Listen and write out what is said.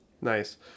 Nice